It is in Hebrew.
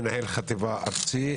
אני מנהל חטיבה ארצי,